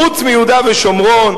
חוץ מיהודה ושומרון,